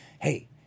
Hey